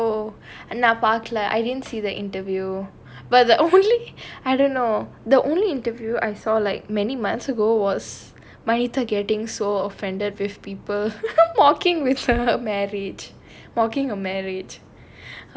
oh நான் பாக்கல:naan paakkala I didn't see the interview but only I don't know the only interview I saw like many months ago was vanita getting so offended with people walking with her married marking are married